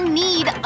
need